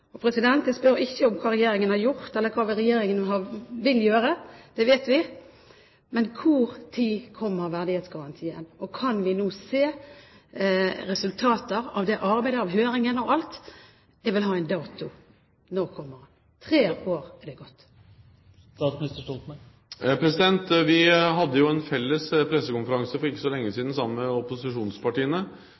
Jeg spør ikke om hva Regjeringen har gjort, eller hva Regjeringen vil gjøre – det vet vi. Men når kommer verdighetsgarantien? Og kan vi nå se resultater av arbeidet – av høringen og alt? Jeg vil ha en dato. Når kommer den? Tre år er gått. Vi hadde jo en felles pressekonferanse for ikke så lenge siden sammen med opposisjonspartiene,